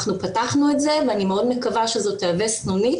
אנחנו פתחנו את זה ואני מאוד מקווה שזו תהווה סנונית